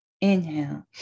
inhale